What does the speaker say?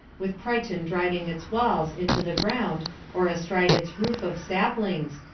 with crichton driving its walls into the ground or astride its roof of saplings,